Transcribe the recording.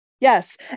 yes